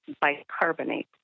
bicarbonate